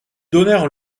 donnèrent